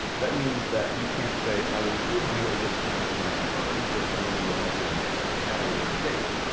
that means that you can't say i will give you a discount in return for sending you a message at a later date.